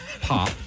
pop